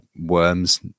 worms